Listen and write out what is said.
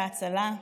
וההצלה,